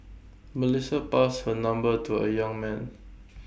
Melissa passed her number to A young man